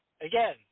Again